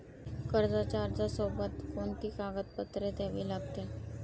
कर्जाच्या अर्जासोबत कोणती कागदपत्रे द्यावी लागतील?